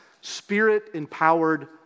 spirit-empowered